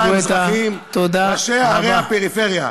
אחי ואחיותי המזרחים, ראשי ערי הפריפריה,